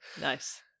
Nice